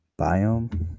biome